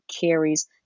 carries